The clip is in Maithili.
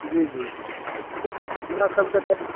जी जी हमरासभकेँ तऽ